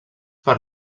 per